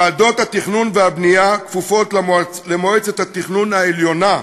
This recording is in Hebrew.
ועדות התכנון והבנייה כפופות למועצת התכנון העליונה,